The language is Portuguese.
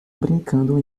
brincando